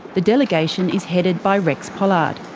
the delegation is headed by rex pollard.